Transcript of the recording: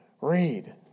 read